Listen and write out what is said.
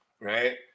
right